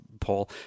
Paul